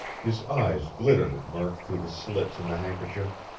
his eyes glittered at murk through the slits in the handkerchief.